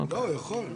לא, הוא יכול.